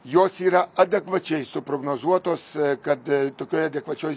jos yra adekvačiai suprognozuotos kad tokioj adekvačioj